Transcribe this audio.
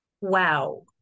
Wow